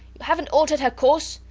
you havent altered her course?